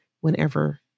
whenever